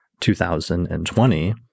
2020